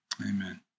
Amen